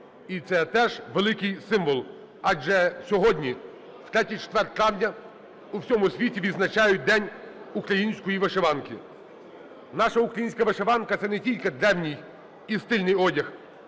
і це теж великий символ, адже сьогодні, в третій четвер травня, у всьому світі відзначають День української вишиванки. Наша українська вишиванки – це не тільки древній і стильний одяг,